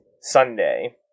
Sunday